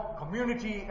community